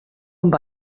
amb